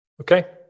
Okay